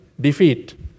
defeat